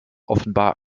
offenbar